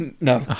No